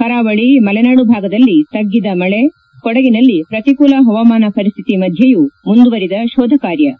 ಕರಾವಳ ಮಲೆನಾಡು ಭಾಗದಲ್ಲಿ ತಗ್ಗಿದ ಮಳೆ ಕೊಡಗಿನಲ್ಲಿ ಶ್ರತಿಕೂಲ ಹವಾಮಾನ ಪರಿಸ್ತಿತಿ ಮಧ್ಯಯೂ ಮುಂದುವರಿದ ಶೋಧ ಕಾರ್ಯ